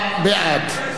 29 בעד,